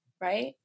Right